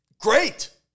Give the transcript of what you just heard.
great